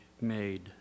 made